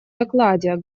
докладе